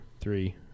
three